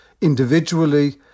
individually